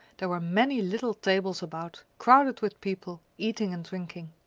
there were many little tables about, crowded with people, eating and drinking.